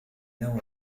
نوع